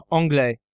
anglais